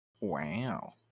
Wow